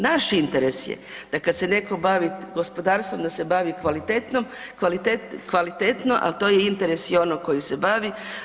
Naš interes je da kada se netko bavi gospodarstvom da se bavi kvalitetno, ali to je interes i onog koji se bavi.